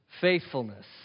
faithfulness